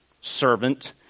servant